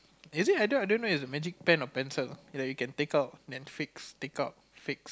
is it I don't I don't know it's a magic pen or pencil like you can take out then fix take out fix